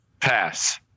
Pass